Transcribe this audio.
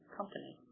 company